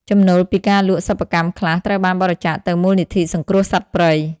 ចំណូលពីការលក់សិប្បកម្មខ្លះ ត្រូវបានបរិច្ចាគទៅមូលនិធិសង្គ្រោះសត្វព្រៃ។